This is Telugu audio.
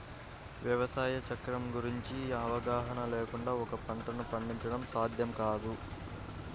వ్యవసాయ చక్రం గురించిన అవగాహన లేకుండా ఒక పంటను పండించడం సాధ్యం కాదు